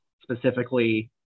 specifically